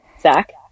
Zach